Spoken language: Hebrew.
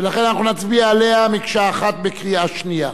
ולכן נצביע עליה במקשה אחת בקריאה שנייה.